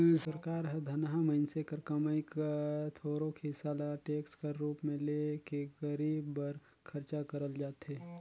सरकार हर धनहा मइनसे कर कमई कर थोरोक हिसा ल टेक्स कर रूप में ले के गरीब बर खरचा करल जाथे